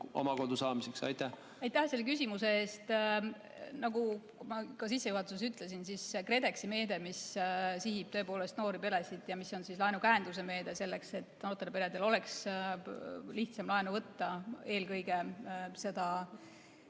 Aitäh selle küsimuse eest! Nagu ma sissejuhatuses ütlesin, KredExi meede, mis sihib tõepoolest noori peresid ja mis on laenukäenduse meede, selleks et noortel peredel oleks lihtsam laenu võtta, eelkõige sellele